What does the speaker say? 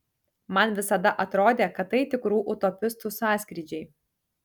man visada atrodė kad tai tikrų utopistų sąskrydžiai